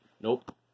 Nope